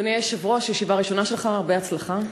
אדוני היושב-ראש, ישיבה ראשונה שלך, הרבה הצלחה.